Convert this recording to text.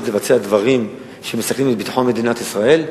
לבצע דברים שמסכנים את ביטחון מדינת ישראל?